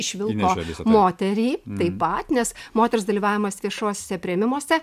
išvilko moterį taip pat nes moters dalyvavimas viešuose priėmimuose